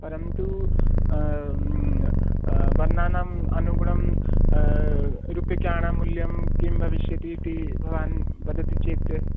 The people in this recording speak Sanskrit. परन्तु वर्णानाम् अनुगुणं रूप्यकाणां मूल्यं किं भविष्यति इति भवान् वदति चेत्